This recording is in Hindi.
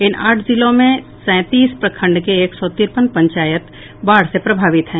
इन आठ जिलों के सैंतीस प्रखंड के एक सौ तिरपन पंचायत बाढ़ से प्रभावित हैं